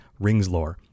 ringslore